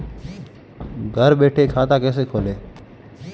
घर बैठे खाता कैसे खोलें?